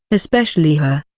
especially her.